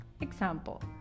Example